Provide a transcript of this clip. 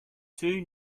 two